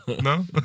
No